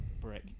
brick